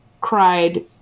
cried